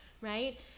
right